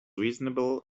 reasonable